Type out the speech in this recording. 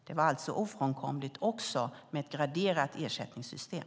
Det var alltså ofrånkomligt också med ett graderat ersättningssystem.